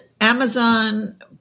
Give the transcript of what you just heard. Amazon